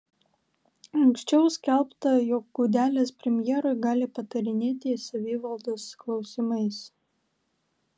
anksčiau skelbta jog gudelis premjerui gali patarinėti savivaldos klausimais